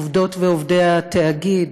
עובדות ועובדי התאגיד,